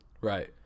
Right